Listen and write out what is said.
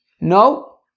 No